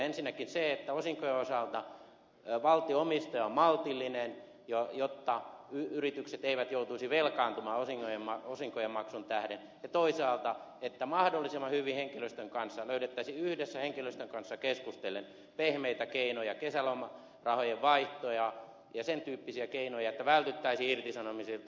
ensinnäkin se että osinkojen osalta valtio omistaja on maltillinen jotta yritykset eivät joutuisi velkaantumaan osinkojen maksun tähden ja toisaalta että mahdollisimman hyvin löydettäisiin yhdessä henkilöstön kanssa keskustellen pehmeitä keinoja kesälomarahojen vaihtoja ja sen tyyppisiä keinoja että vältyttäisiin irtisanomisilta